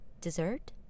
Dessert